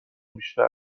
بیشتر